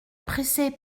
pressait